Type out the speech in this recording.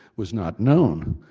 was not known.